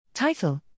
Title